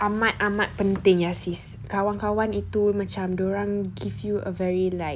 amat amat penting ya sis kawan-kawan itu macam dia orang give you a very like